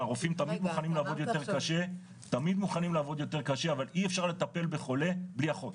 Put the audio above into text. הרופאים תמיד מוכנים לעבוד יותר קשה אבל אי אפשר לטפל בחולה בלי אחות